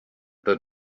that